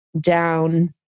down